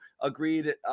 agreed